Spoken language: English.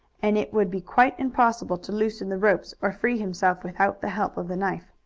and it would be quite impossible to loosen the rope or free himself without the help of the knife.